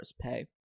pay